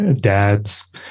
dads